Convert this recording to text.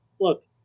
Look